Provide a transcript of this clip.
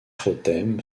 rotem